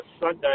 Sunday